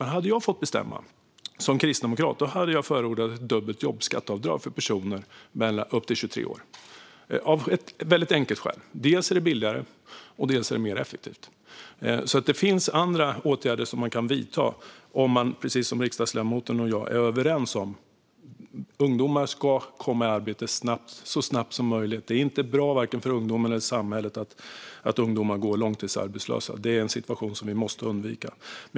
Men om jag som kristdemokrat hade fått bestämma hade jag förordat ett dubbelt jobbskatteavdrag för personer upp till 23 år. Skälet är enkelt: Dels är det billigare, dels är det mer effektivt. Det finns alltså andra åtgärder som man kan vidta om man precis som riksdagsledamoten och jag är överens om att ungdomar ska komma i arbete så snabbt som möjligt. Det är inte bra för vare sig ungdomar eller samhället att de går långtidsarbetslösa. Det är en situation som vi måste undvika.